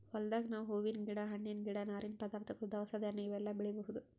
ಹೊಲ್ದಾಗ್ ನಾವ್ ಹೂವಿನ್ ಗಿಡ ಹಣ್ಣಿನ್ ಗಿಡ ನಾರಿನ್ ಪದಾರ್ಥಗೊಳ್ ದವಸ ಧಾನ್ಯ ಇವೆಲ್ಲಾ ಬೆಳಿಬಹುದ್